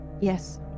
yes